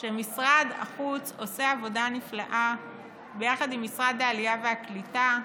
שמשרד החוץ עושה עבודה נפלאה ביחד עם משרד העלייה והקליטה,